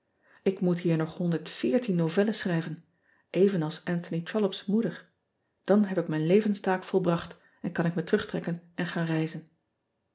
k moet hier nog novellen schrijven evenals nthony rollope s moeder an heb ik mijn levenstaak volbracht en kan ik me terugtrekken en gaan reizen